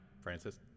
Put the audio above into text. Francis